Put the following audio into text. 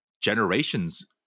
generations